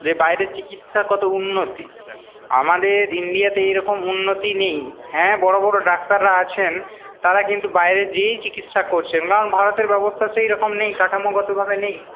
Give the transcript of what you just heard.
যে বাইরের চিকিৎসা কত উন্নতি আমাদের ইন্ডিয়াতে এই রকম উন্নতি নেই হ্যাঁ বড়ো বড়ো ডাক্তাররা আছেন তারা কিন্তু বাইরে যেয়েই চিকিৎসা করছেন কারণ ভারতের ব্যবস্থা সেই রকম নেই কাঠামোগত ভাবে নেই